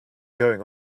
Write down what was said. going